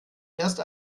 erst